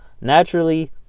naturally